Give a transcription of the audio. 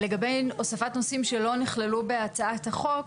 לגבי הוספת נושאים שלא נכללו בהצעת החוק,